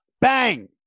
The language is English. Bang